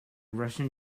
russian